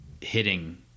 hitting